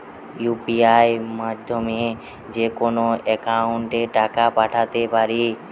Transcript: UPI মাধ্যমে যেকোনো একাউন্টে টাকা পাঠাতে পারি?